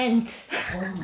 okay ah